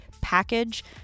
package